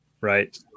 Right